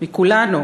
מכולנו,